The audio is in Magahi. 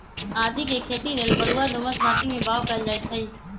आदीके खेती लेल बलूआ दोमट माटी में बाओ कएल जाइत हई